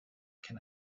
can